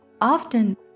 Often